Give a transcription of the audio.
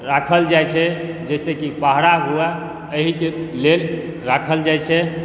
राखल जाइ छै जाहिसँ की पहरा हुआ एहि के लेल राखल जाइ छै